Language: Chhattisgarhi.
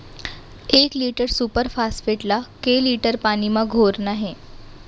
एक लीटर सुपर फास्फेट ला कए लीटर पानी मा घोरना हे?